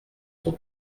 son